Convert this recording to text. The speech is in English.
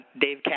Dave